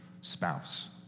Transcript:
spouse